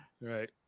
right